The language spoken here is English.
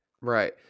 Right